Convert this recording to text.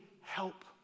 help